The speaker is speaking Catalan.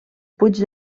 puig